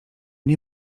nie